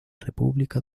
república